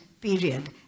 period